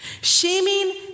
Shaming